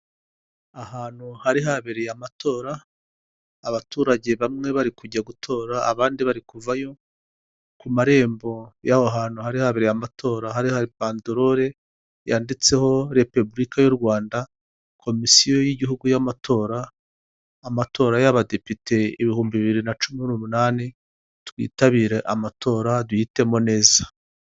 Ahantu hari habereye amatora abaturage bamwe bari kujya gutora abandi bari kuvayo ku marembo y'aho hantu hari habereye amatora hari hari banderore yanditseho repubulika y'u Rwanda komisiyo y'igihugu y'amatora, amatora y'abadepite ibihumbi bibiri na cumi n'umunani twitabire amatora duhitemo neza.